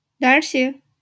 Darcy